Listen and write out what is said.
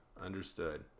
understood